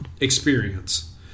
experience